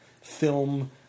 film